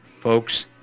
Folks